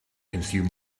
consume